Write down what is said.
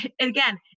again